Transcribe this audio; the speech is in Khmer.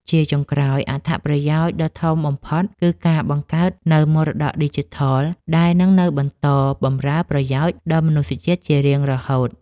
ជាចុងក្រោយ អត្ថប្រយោជន៍ដ៏ធំបំផុតគឺការបង្កើតនូវមរតកឌីជីថល ដែលនឹងនៅបន្តបម្រើប្រយោជន៍ដល់មនុស្សជាតិជារៀងរហូត។